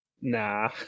nah